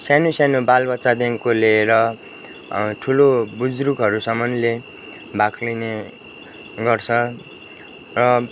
सानो सानो बाल बच्चादेखिको लिएर ठुलो बुजुर्गहरूसम्मले भाग लिने गर्छ र